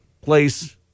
place